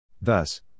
Thus